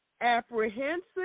apprehensive